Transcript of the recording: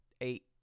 eight